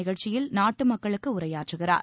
நிகழ்ச்சியில் நாட்டு மக்களுக்கு உரையாற்றுகிறார்